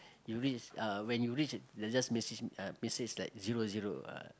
you reach ah when you reach then just message uh message like zero zero uh